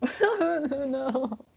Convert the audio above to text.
No